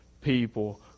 people